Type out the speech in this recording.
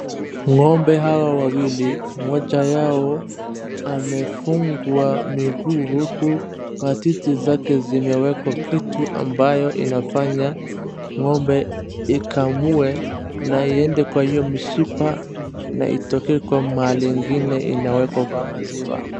Ng'ombe hawa wawili, moja yao amefungwa miguu huku matiti zake zimewekwa kitu ambayo inafanya ng'ombe ikamue na iende kwa hiyo mishipa na itokee kwa mahali ingine inawekwa kwa hayo maziwa.